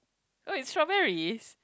oh it's strawberries